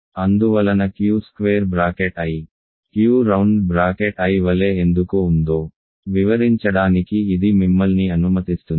అందువలన Q square bracket i Q round bracket i వలె ఎందుకు ఉందో వివరించడానికి ఇది మిమ్మల్ని అనుమతిస్తుంది